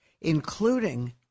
including